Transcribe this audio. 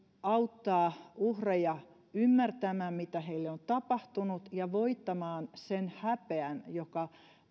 auttaa uhreja ymmärtämään mitä heille on tapahtunut ja voittamaan sen häpeän joka